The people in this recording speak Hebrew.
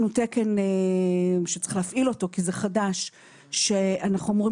תקן שצריך להפעיל אותו כי זה חדש שאנחנו אמורים